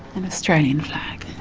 an australian flag.